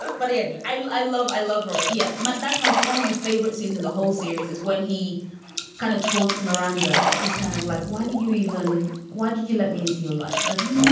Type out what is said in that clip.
but yeah you. i i love i love robert yet, mike. that's my one of my favorite scenes in the whole series is when he kind of taunts miranda. just kind of like, why did you even why did you let me into your life like you?